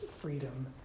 freedom